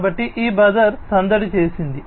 కాబట్టి ఈ బజర్ సందడి చేసింది